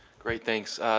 great, thanks,